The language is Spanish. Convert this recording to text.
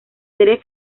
serie